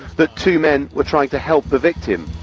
that two men were trying to help the victim.